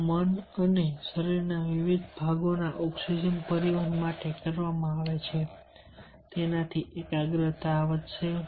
આ મન અને શરીરના વિવિધ ભાગોના ઓક્સિજન પરિવહન માટે કરવામાં આવે છે તેનાથી એકાગ્રતા વધશે